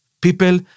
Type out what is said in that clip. People